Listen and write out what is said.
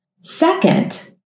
Second